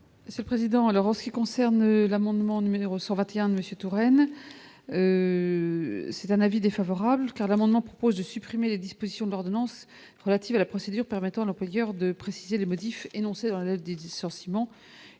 Ce président alors en ce qui concerne l'amendement numéro 121 Monsieur Touraine. C'est un avis défavorable car d'amendement propose de supprimer les dispositions de l'ordonnance relative à la procédure permettant à l'employeur de préciser les motifs énoncés dans 9 des 10 sur ciment